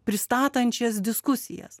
pristatančias diskusijas